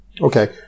Okay